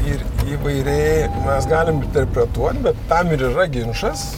ir įvairiai mes galim interpretuot bet tam ir yra ginčas